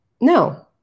no